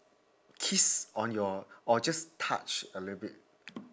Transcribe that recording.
kiss on your or just touch a little bit